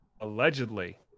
allegedly